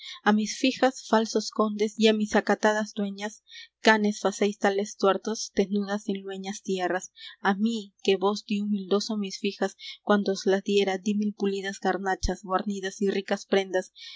mis fijas falsos condes y á mis acatadas dueñas canes facéis tales tuertos tenudas en lueñas tierras á mí que vos dí humildoso mis fijas cuando os las diera de mil pulidas garnachas guarnidas y ricas prendas